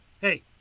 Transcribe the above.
hey